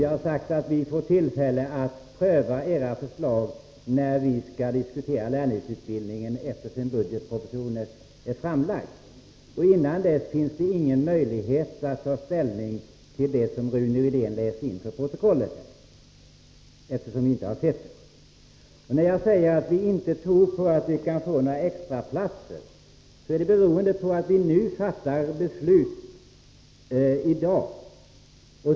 Jag har sagt att vi får tillfälle att pröva era förslag när vi skall diskutera lärlingsutbildningen efter det att budgetpropositionen är framlagd. Eftersom vi inte har sett något förslag, finns det innan dess ingen möjlighet att ta ställning till det som Rune Rydén läste in till protokollet. När jag säger att vi inte tror på att vi kan få några extraplatser, beror det på att vi fattar beslut i dag.